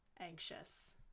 anxious